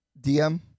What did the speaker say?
DM